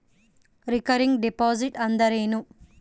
Recurring deposit ಅಂದರೇನು?